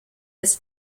his